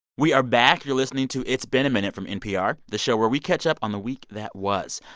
we are back. you're listening to it's been a minute from npr, the show where we catch up on the week that was.